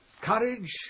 courage